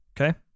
Okay